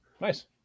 Nice